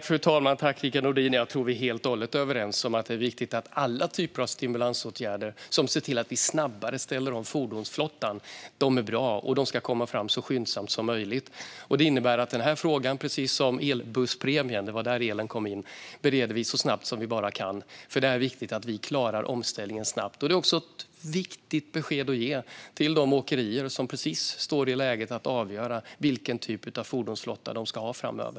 Fru talman! Tack, Rickard Nordin! Jag tror att vi är helt överens om att alla stimulansåtgärder som ser till att vi snabbare ställer om fordonsflottan är bra och att det är viktigt att de kommer fram så skyndsamt som möjligt. Vi bereder den här frågan så snabbt vi bara kan, precis som elbusspremien - det var där elen kom in. Det är nämligen viktigt att vi klarar omställningen snabbt. Det är också viktigt att ge besked till de åkerier som står i ett läge där de ska avgöra vilken typ av fordonsflotta de ska ha framöver.